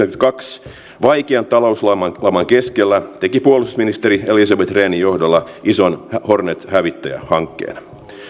tuhatyhdeksänsataayhdeksänkymmentäkaksi vaikean talouslaman keskellä teki puolustusministeri elisabeth rehnin johdolla ison hornet hävittäjähankkeen